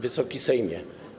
Wysoki Sejmie!